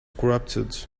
corrupted